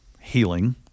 healing